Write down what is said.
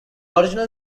original